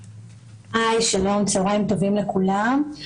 שלום, צהריים טובים לכולם.